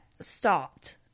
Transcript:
stopped